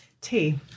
Tea